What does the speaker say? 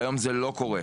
והיום זה לא קרה.